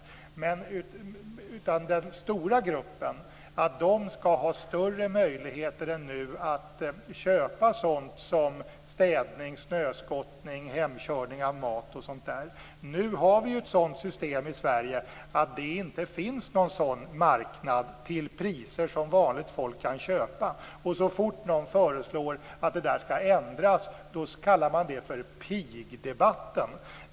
Jag anser att denna stora grupp skall ha större möjligheter än nu att köpa tjänster som städning, snöskottning, hemkörning av mat etc. Nu har vi ett sådant system i Sverige att det inte finns sådana tjänster till priser som vanligt folk kan köpa. Så fort någon föreslår att detta skall ändras, kallar man det för pigdebatt.